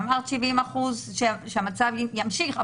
אמרת 70% שהמצב ימשיך,